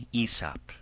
Aesop